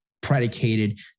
predicated